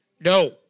No